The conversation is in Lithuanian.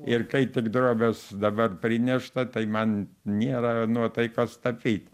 ir kai tik drobės dabar prinešta tai man nėra nuotaikos tapyt